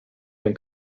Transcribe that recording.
than